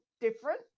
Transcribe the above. different